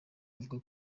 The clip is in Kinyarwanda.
avuga